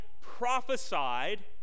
prophesied